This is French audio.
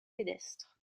pédestre